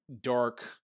dark